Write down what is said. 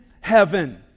Heaven